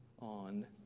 on